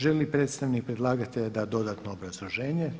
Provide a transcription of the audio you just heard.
Želi li predstavnik predlagatelja dat dodatno obrazloženje?